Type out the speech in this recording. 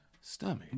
stomach